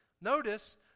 Notice